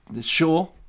Sure